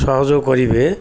ସହଯୋଗ କରିବେ